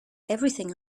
everything